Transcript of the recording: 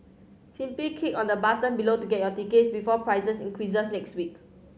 simply click on the button below to get your tickets before prices increase next week